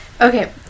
Okay